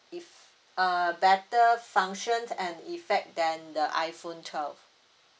ef~ uh better function and effect then the iphone twelve